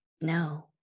no